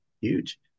huge